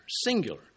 singular